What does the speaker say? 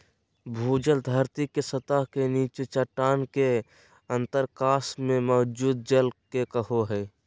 भूजल धरती के सतह के नीचे चट्टान के अंतरकाश में मौजूद जल के कहो हइ